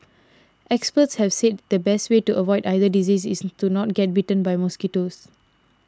experts have said the best way to avoid either disease is to not get bitten by mosquitoes